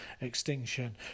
extinction